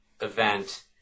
event